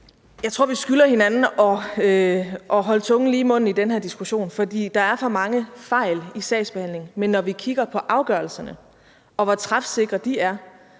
Jeg tror, vi skylder hinanden at holde tungen lige i munden i den her diskussion, for der er for mange fejl i sagsbehandlingen. Men når vi kigger på afgørelserne, og hvor træfsikre de er,